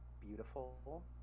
beautiful